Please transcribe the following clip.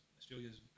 Australia's